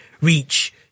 Reach